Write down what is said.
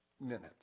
minutes